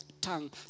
tongue